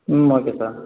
ம் okay sir